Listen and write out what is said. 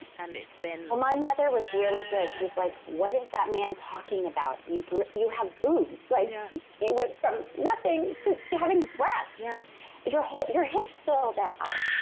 and it's been well my mother was really good. she was like, what is that man talking about? you grew, you have boobs. so yeah you went from nothing to having breasts yeah your whole, your hips filled out.